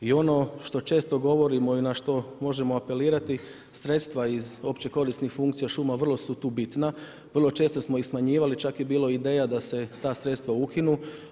I ono što često govorimo i na što možemo apelirati, sredstva iz opće korisnih funkcija šuma, vrlo su tu bitna, vrlo često smo ih smanjivali, čak je bilo ideja da se ta sredstva ukinu.